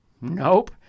Nope